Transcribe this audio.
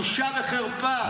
בושה וחרפה.